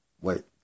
Wait